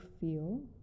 feel